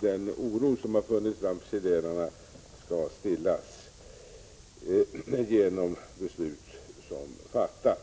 den oro som har funnits bland chilenarna skall stillas genom beslut som fattas.